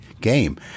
game